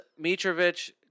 Mitrovic